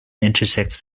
intersects